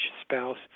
spouse